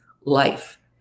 life